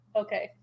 okay